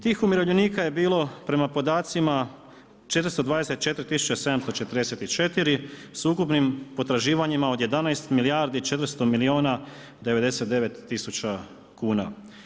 Tih umirovljenika je bilo prema podacima 424744 s ukupnim potraživanjima od 11 milijardi 400 milijuna 99 tisuća kuna.